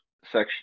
section